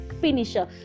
finisher